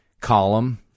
column